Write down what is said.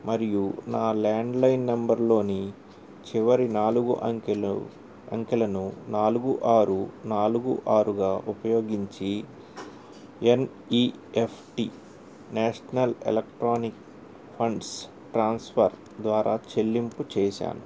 మరియు నా ల్యాండ్లైన్ నెంబర్లోని చివరి నాలుగు అంకెలు అంకెలను నాలుగు ఆరు నాలుగు ఆరుగా ఉపయోగించి N E F T national electronic funds transfer ద్వారా చెల్లింపు చేశాను